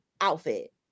outfit